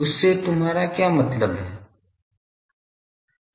उससे तुम्हारा क्या मतलब है